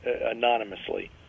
anonymously